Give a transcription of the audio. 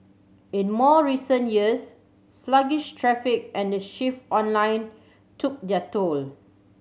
in more recent years sluggish traffic and the shift online took their toll